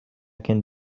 can